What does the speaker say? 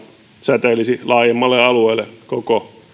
säteilisi laajemmalle alueelle koko